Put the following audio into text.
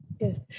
Yes